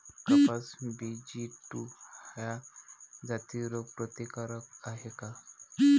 कपास BG two ह्या जाती रोग प्रतिकारक हाये का?